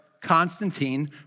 Constantine